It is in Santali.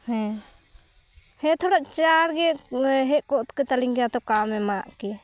ᱦᱮᱸ ᱦᱮᱸ ᱛᱷᱚᱲᱟ ᱪᱟᱲᱜᱮ ᱦᱮᱡ ᱠᱚᱜ ᱠᱚᱛᱟᱹᱞᱤᱧ ᱜᱮᱭᱟ ᱛᱚ ᱠᱟᱢᱮ ᱮᱢᱟᱫ ᱠᱮᱭᱟ